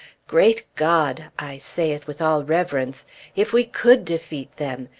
great god i say it with all reverence if we could defeat them!